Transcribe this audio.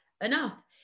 enough